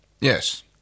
Yes